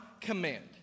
command